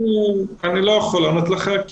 אני לא יכול לענות לך,